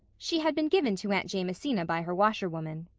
she had been given to aunt jamesina by her washerwoman.